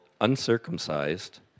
uncircumcised